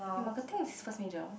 marketing is first major